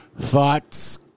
Thoughts